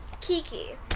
Kiki